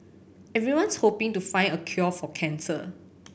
everyone's hoping to find a cure for cancer